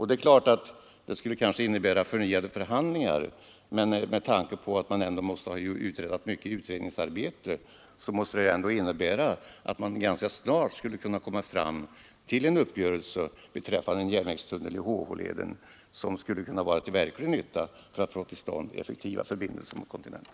Det skulle kanske innebära förnyade förhandlingar, men med tanke på att mycket utredningsarbete måste vara uträttat måste det innebära att det skulle vara möjligt att ganska snart komma fram till en uppgörelse beträffande en järnvägs tunnel i HH-leden, som skulle kunna vara till verklig nytta för att få till stånd effektiva förbindelser mot kontinenten.